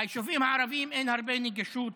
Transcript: ביישובים הערביים אין הרבה נגישות